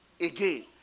again